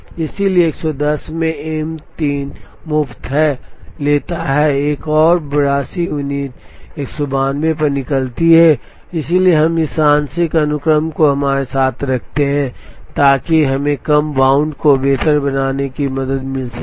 इसलिए 110 में M 3 मुफ़्त है लेता है एक और 82 यूनिट 192 पर निकलती है इसलिए हम इस आंशिक अनुक्रम को हमारे साथ रखते हैं ताकि हमें कम बाउंड को बेहतर बनाने में मदद मिल सके